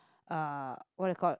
uh what do you call